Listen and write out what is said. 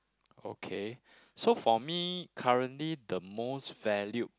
okay so for me currently the most valued